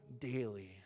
daily